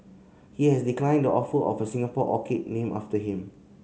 he has declined the offer of a Singapore orchid named after him